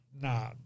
nah